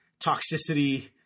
toxicity